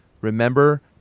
Remember